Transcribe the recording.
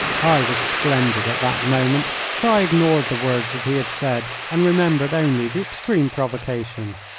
i was splendid at that moment, for i ignored the words that he had said and remembered only the extreme provocation.